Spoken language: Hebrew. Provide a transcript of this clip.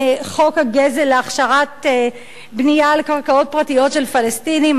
חוק הגזל להכשרת בנייה על קרקעות פרטיות של פלסטינים,